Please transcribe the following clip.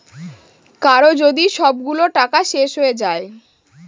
কারো যদি সবগুলো টাকা শেষ হয়ে যায়